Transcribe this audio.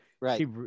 right